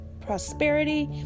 prosperity